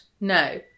No